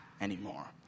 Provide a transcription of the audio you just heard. anymore